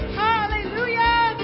hallelujah